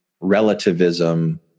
relativism